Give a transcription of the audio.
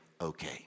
okay